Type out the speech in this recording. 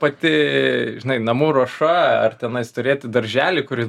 pati žinai namų ruoša ar tenais turėti darželį kuri